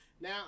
Now